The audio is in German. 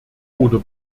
oder